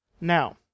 Now